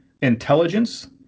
intelligence